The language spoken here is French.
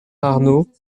arnaud